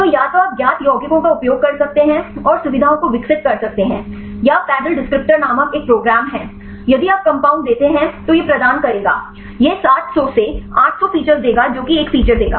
तो या तो आप ज्ञात यौगिकों का उपयोग कर सकते हैं और सुविधाओं को विकसित कर सकते हैं या पैडल डिस्क्रिप्टर नामक एक प्रोग्राम है यदि आप कंपाउंड देते हैं तो यह प्रदान करेगा यह सात सौ से आठ सौ फीचर्स देगा जो कि एक फीचर देगा